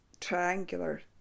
triangular